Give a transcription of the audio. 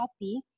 happy